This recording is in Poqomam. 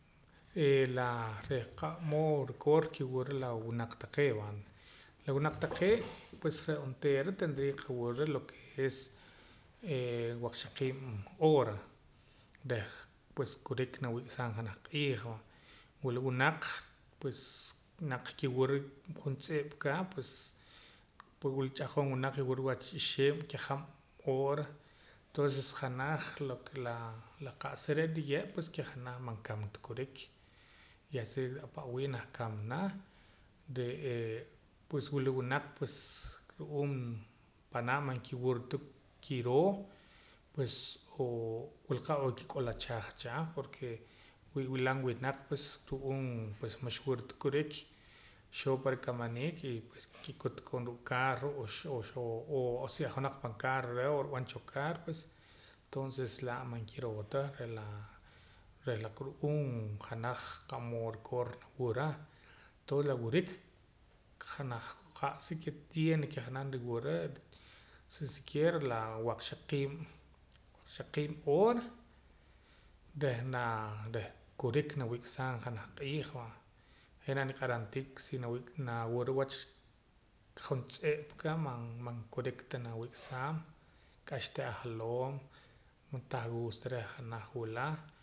Eh laa reh qa'mood rukoor ki'wura la winaq taqee' va la winaq taqee' pues reh onteera tendria ke nqawura lo ke es eeh waqxaqiib' hora reh pues kurik nawik'saam janaj q'iij va wula winaq pues naq ki'wura juntz'ip ka pues wila ch'ahqon wunaq ki'wura wach ixib' kajab' hora tonses janaj lo ke la qa'sa re' nriye' pues janaj man kamana ta kurik ya sea ahpare' wii' nah kamana re'ee pues wila winaq pues ru'uum panaa' man ki'wura ta kiroo pues wila qa' n'oo kik'uluchaj cha porque wi'lam wunaq pues ru'uum pues max xwuru ta kurik xoo pan rikamaniik y pues kikut koon ruu' carro o xoo o si ojonaq pan carro reh n'oo rub'an chocar pues tonces laa' man kiroo ta reh laa reh la ke ru'uum janaj qamood rukoor nwura tonses la wurik janaj qa'sa ke tiene ke janaj nriwura tan siquiera la waqxaqiib' waqxaqiib' hora reh naa reh kurik nawik'saam junaj q'iij va je' naniq'aram tii si nawura wach juntz'ip aka man jurik ta nawik'saam k'axa te' ajaloom tah wuusta reh janaj wula